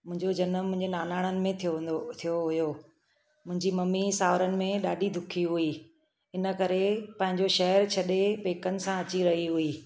मुंहिंजो ॼनमु मुंहिंजे नानाणनि में थियो हूंदो थियो हुओ मुंहिंजी मम्मी साउरनि में ॾाढी दुखी हुई हिन करे पंहिंजो शहरु छॾे पेकनि सां अची रही हुई